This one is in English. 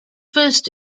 first